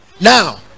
now